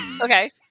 Okay